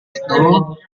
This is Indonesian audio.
itu